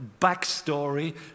backstory